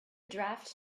draft